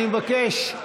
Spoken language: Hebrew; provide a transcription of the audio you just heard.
אני מבקש,